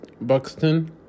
Buxton